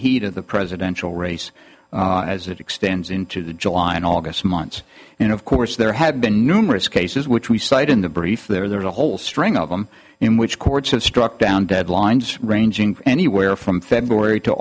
heat of the presidential race as it extends into july and august months and of course there have been numerous cases which we cite in the brief there's a whole string of them in which courts have struck down deadlines ranging anywhere from february to